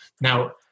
now